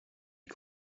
you